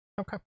Okay